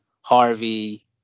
Harvey